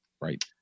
right